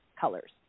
colors